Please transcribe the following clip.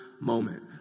moment